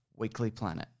weeklyplanet